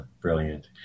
Brilliant